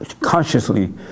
consciously